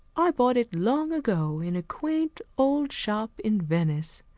i bought it long ago in a quaint old shop in venice.